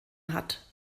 hat